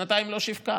שנתיים לא שיווקה,